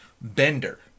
bender